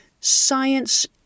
science